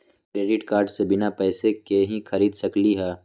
Credit card से बिना पैसे के ही खरीद सकली ह?